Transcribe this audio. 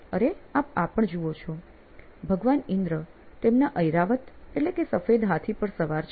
અને આપ આ પણ જુઓ છો ભગવાન ઇન્દ્ર તેમના ઐરાવત અર્થાત સફેદ હાથી પર સવાર છે